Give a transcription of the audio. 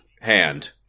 hand